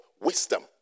wisdom